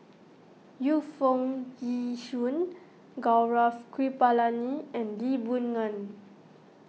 Yu Foo Yee Shoon Gaurav Kripalani and Lee Boon Ngan